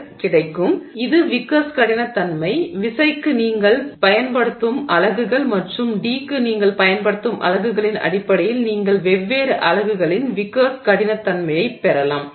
எனவே இது விக்கர்ஸ் கடினத்தன்மை எனவே விசைக்கு நீங்கள் பயன்படுத்தும் அலகுகள் மற்றும் d க்கு நீங்கள் பயன்படுத்தும் அலகுகளின் அடிப்படையில் நீங்கள் வெவ்வேறு அலகுகளில் விக்கர்ஸ் கடினத்தன்மையைப் பெறலாம்